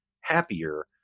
happier